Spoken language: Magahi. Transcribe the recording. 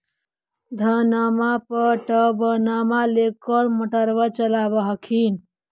धनमा पटबनमा ले कौन मोटरबा चलाबा हखिन?